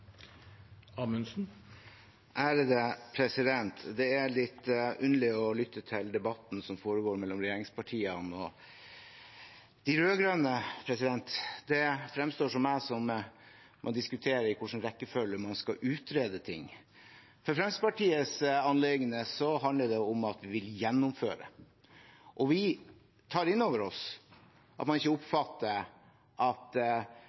Det er litt underlig å lytte til debatten som foregår mellom regjeringspartiene og de rød-grønne. Det fremstår for meg som om man diskuterer i hvilken rekkefølge man skal utrede ting. Fremskrittspartiets anliggende er at det handler om at vi vil gjennomføre, og vi tar inn over oss at man ikke oppfatter at